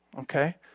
okay